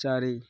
ଚାରି